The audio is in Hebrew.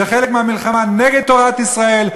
זה חלק מהמלחמה נגד תורת ישראל.